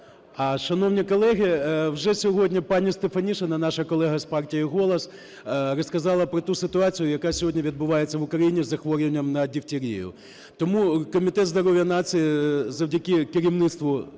Шановні колеги, вже сьогодні пані Стефанишина, наша колега з партії "Голос", розказала про ту ситуацію, яка сьогодні відбувається в Україні з захворюванням на дифтерію. Тому Комітет здоров'я нації завдяки керівництву